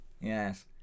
yes